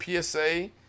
PSA